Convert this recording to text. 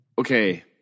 okay